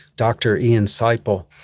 dr ian seipel,